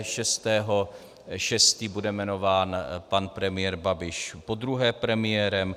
6. 6. bude jmenován pan premiér Babiš podruhé premiérem.